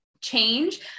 change